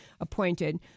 appointed